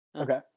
Okay